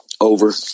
over